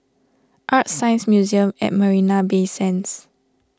ArtScience Museum at Marina Bay Sands